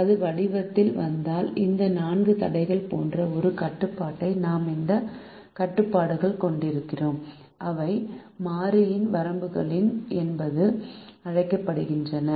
அது வடிவத்தில் வந்தால் இந்த 4 தடைகள் போன்ற ஒரு கட்டுப்பாட்டை நாம் இந்த கட்டுப்பாடுகள் கொண்டிருக்கிறோம் அவை மாறியின் வரம்புகள் என்றும் அழைக்கப்படுகின்றன